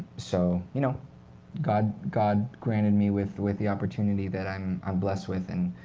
so you know god god granted me with with the opportunity that i'm i'm blessed with. and